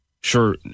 Sure